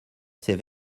ces